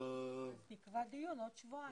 תקבע דיון בעוד שבועיים.